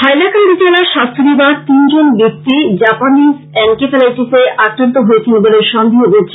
হাইলাকান্দি জেলার স্বাস্থ্য বিভাগ তিনজন ব্যাক্তি জাপানীজ এনকেফেলাইটিসে আক্রান্ত হয়েছেন বলে সন্দেহ করছে